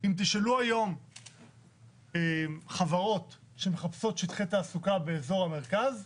אם תשאלו היום חברות שמחפשות שטחי תעסוקה באזור המרכז,